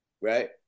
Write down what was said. right